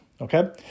Okay